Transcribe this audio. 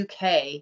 UK